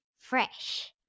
Fresh